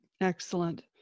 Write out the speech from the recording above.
Excellent